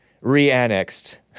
re-annexed